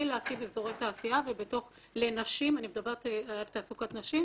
להקים אזורי תעשייה לנשים - אני מדברת על תעסוקת נשים